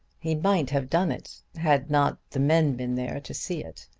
he might have done it had not the men been there to see it.